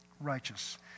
righteous